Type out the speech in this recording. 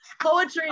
poetry